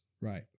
right